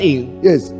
yes